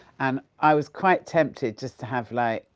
and i was quite tempted just to have, like,